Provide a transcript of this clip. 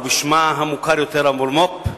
ובשמה המוכר יותר המולמו"פ,